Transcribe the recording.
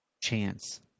Chance